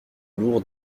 lourd